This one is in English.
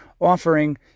offering